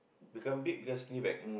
become big become skinny back